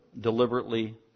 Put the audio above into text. deliberately